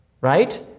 Right